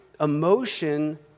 emotion